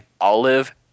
olive